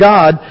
God